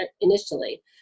initially